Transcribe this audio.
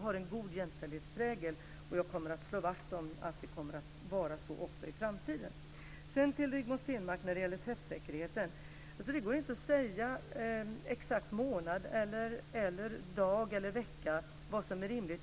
har en god jämställdhetsprägel. Jag kommer att slå vakt om att det kommer att vara så också i framtiden. Sedan till Rigmor Stenmark och frågan om träffsäkerheten. Det går inte att säga exakt i månad, dag eller vecka vad som är rimligt.